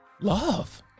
Love